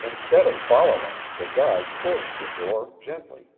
instead of following, the guide closed the door gently